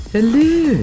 Hello